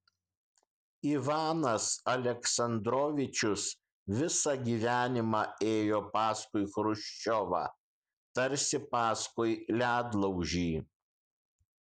ivanas aleksandrovičius visą gyvenimą ėjo paskui chruščiovą tarsi paskui ledlaužį